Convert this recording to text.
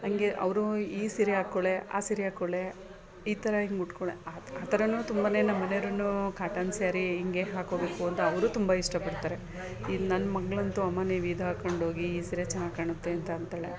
ನನಗೆ ಅವರು ಈ ಸೀರೆ ಹಾಕ್ಕೊಳೇ ಆ ಸೀರೆ ಹಾಕ್ಕೊಳೇ ಈ ಥರ ಹೀಗ್ ಉಟ್ಕೊಳೇ ಆ ಆ ಥರ ತುಂಬಾ ನಮ್ಮ ಮನೆವ್ರು ಕಾಟನ್ ಸ್ಯಾರಿ ಹೀಗೆ ಹಾಕ್ಕೊಬೇಕು ಅಂತ ಅವರು ತುಂಬ ಇಷ್ಟಪಡ್ತಾರೆ ಇನ್ನು ನನ್ನ ಮಗ್ಳಂತೂ ಅಮ್ಮ ನೀವಿದು ಹಾಕ್ಕಂಡ್ಹೋಗಿ ಈ ಸೀರೆ ಚೆನ್ನಾಗ್ ಕಾಣುತ್ತೆ ಅಂತ ಅಂತಾಳೆ